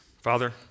Father